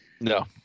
No